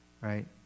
right